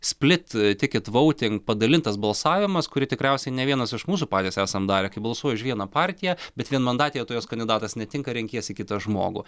split tikit vouting padalintas balsavimas kurį tikriausiai ne vienas iš mūsų patys esam darę kai balsuoji už vieną partiją bet vienmandatėje tau jos kandidatas netinka renkiesi kitą žmogų